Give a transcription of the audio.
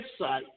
website